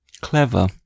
Clever